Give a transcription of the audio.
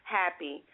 happy